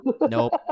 nope